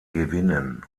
gewinnen